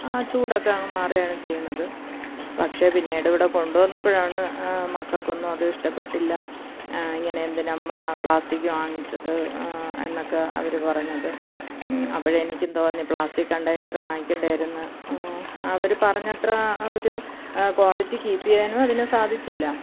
ആ ചൂടൊക്കെ അങ്ങ് മാറുകയാണ് ചെയ്യുന്നത് പക്ഷെ പിന്നീടിവിടെ കൊണ്ടുവന്നപ്പോഴാണ് മക്കൾക്കൊന്നും അത് ഇഷ്ടപ്പെട്ടില്ല ഇങ്ങനെന്തിനാമ്മാ പ്ലാസ്റ്റിക് വാങ്ങിച്ചത് എന്നൊക്കെ അവർ പറഞ്ഞത് അപ്പോഴെനിക്കും തോന്നി പ്ലാസ്റ്റിക് കണ്ടൈനർ വാങ്ങിക്കണ്ടായിരുന്നു അവർ പറഞ്ഞത്ര ഒരു ക്വാളിറ്റി കീപ്പ് ചെയ്യാനും അതിനു സാധിച്ചില്ല